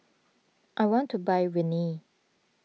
I want to buy Rene